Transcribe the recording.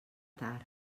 tard